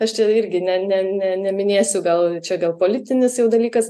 aš čia irgi ne ne ne neminėsiu gal čia gal politinis dalykas